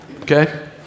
Okay